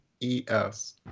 E-S